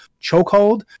Chokehold